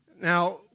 Now